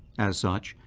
as such,